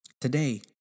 Today